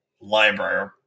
library